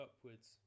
upwards